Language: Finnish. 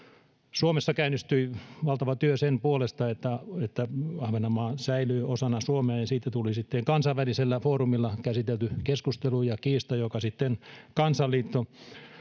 suomessa käynnistyi valtava työ sen puolesta että että ahvenanmaa säilyy osana suomea ja siitä tuli sitten kansainvälisellä foorumilla käsitelty keskustelu ja kiista jonka sitten kansainliitto